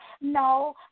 No